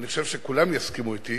ואני חושב שכולם יסכימו אתי,